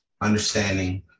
understanding